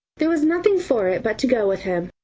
there was nothing for it but to go with him,